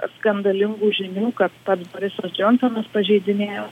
skandalingų žinių kad pats borisas džonsonas pažeidinėjo